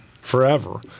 forever